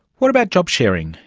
what about job sharing?